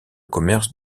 commerce